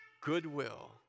goodwill